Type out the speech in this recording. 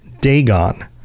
Dagon